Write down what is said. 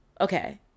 Okay